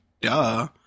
duh